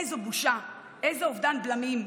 איזו בושה, איזה אובדן בלמים.